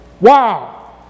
Wow